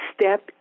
step